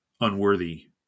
unworthy